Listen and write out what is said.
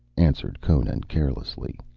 answered conan carelessly.